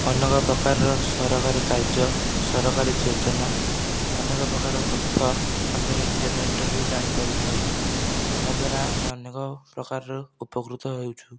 ଅନେକ ପ୍ରକାର ସରକାରୀ କାର୍ଯ୍ୟ ସରକାରୀ ଯୋଜନା ଅନେକ ପ୍ରକାରର ତଥ୍ୟ ଆମେ ଇଣ୍ଟରନେଟରୁ ଜାଣିପାରିଥାଉ ଏହା ଦ୍ୱାରା ଆମେ ଅନେକ ପ୍ରକାରର ଉପକୃତ ହେଉଛୁ